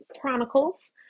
Chronicles